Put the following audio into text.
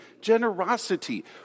Generosity